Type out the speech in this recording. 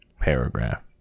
paragraph